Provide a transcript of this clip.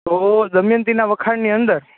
તો દમયંતીના વખાણની અંદર